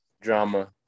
drama